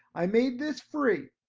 i made this free.